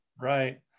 Right